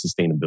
sustainability